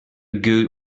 good